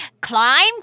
climb